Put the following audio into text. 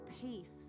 peace